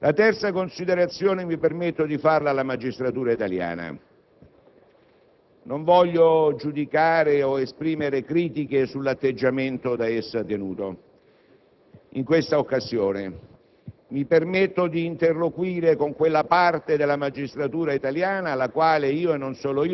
non ho visto seguita questa legge con l'attenzione che per la sua rilevanza essa merita. E siccome la mia valutazione è che comportamenti di questo genere non riguardano specificamente questo tema, vorrei lanciare un segnale di allarme: attenzione, perché qui non si va avanti a lungo.